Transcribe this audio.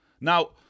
now